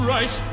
Right